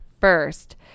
First